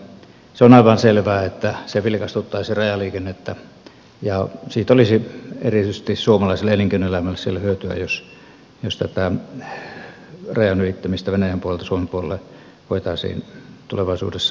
se on aivan selvää että se vilkastuttaisi rajaliikennettä ja siitä olisi erityisesti suomalaiselle elinkeinoelämälle siellä hyötyä jos tätä rajan ylittämistä venäjän puolelta suomen puolelle voitaisiin tulevaisuudessa helpottaa